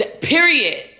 Period